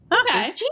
Okay